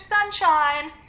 Sunshine